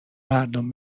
مردم